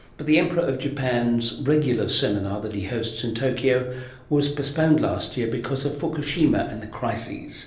but the emperor of japan's regular seminar that he hosts in tokyo was postponed last year because of fukushima and the crises